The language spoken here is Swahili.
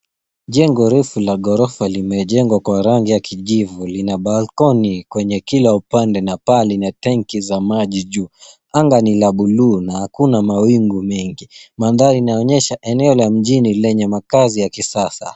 Jengo refu la ghorofa limejengwa kwa rangi ya kijivu. Lina balcony kwenye kila upande na paa lina tengi za maji juu. Anga ni la bluu na hakuna mawingu mengi. Mandhari inaonyesha eneo la mijini lenye makaazi ya kisasa.